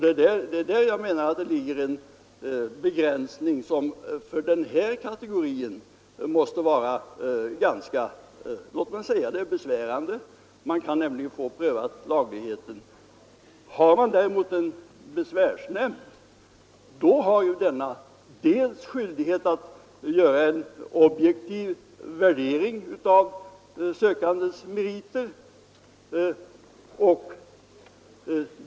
Det är däri jag menar att det ligger en begränsning som måste vara ganska besvärande för den här kategorin av sökande. Visserligen kan man få lagligheten prövad. Men om det finns en besvärsnämnd har denna skyldighet att göra en objektiv värdering av sökandes meriter.